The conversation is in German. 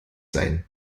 sein